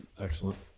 Excellent